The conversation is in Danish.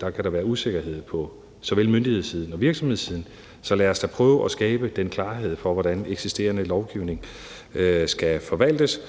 kan der være usikkerhed på såvel myndighedssiden og virksomhedssiden, så lad os da prøve at skabe den klarhed over, hvordan eksisterende lovgivning skal forvaltes.